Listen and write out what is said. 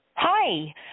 Hi